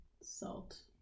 salt